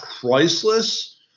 priceless